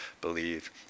believe